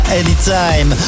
anytime